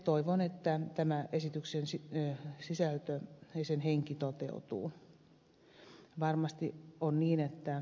toivon että tämän esityksen sisältö ja sen henki toteutuvat